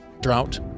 drought